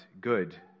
good